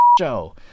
show